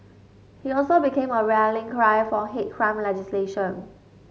he also became a rallying cry for hate crime legislation